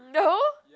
no